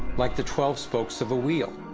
like the twelve spokes of a wheel.